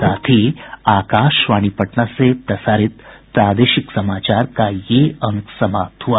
इसके साथ ही आकाशवाणी पटना से प्रसारित प्रादेशिक समाचार का ये अंक समाप्त हुआ